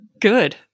Good